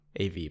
AV